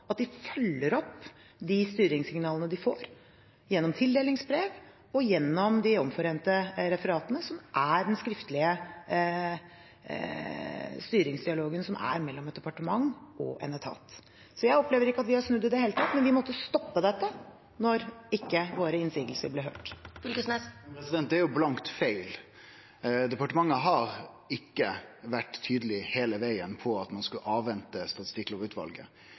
at de følger opp de styringssignalene de får gjennom tildelingsbrev og gjennom de omforente referatene, som er den skriftlige styringsdialogen mellom et departement og en etat. Jeg opplever ikke at vi har snudd i det hele tatt, men vi måtte stoppe dette når våre innsigelser ikke ble hørt. Det er jo blankt feil. Departementet har ikkje vore tydeleg heile vegen på at ein skulle